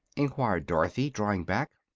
enquired dorothy, drawing back.